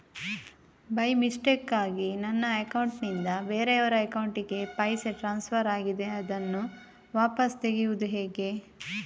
By ಮಿಸ್ಟೇಕಾಗಿ ನನ್ನ account ನಿಂದ ಬೇರೆಯವರ ಅಕೌಂಟ್ ಗೆ ಪೈಸೆ ಟ್ರಾನ್ಸ್ಫರ್ ಆಗಿದೆ ಅದನ್ನು ವಾಪಸ್ ತೆಗೆಯೂದು ಹೇಗೆ?